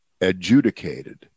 adjudicated